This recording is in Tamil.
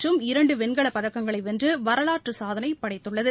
மற்றும் இரண்டு வெண்கல பதக்கங்களை வென்று வரலாற்றுச் சாதனை படைத்துள்ளது